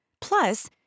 Plus